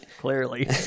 clearly